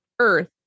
earth